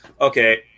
okay